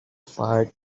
fired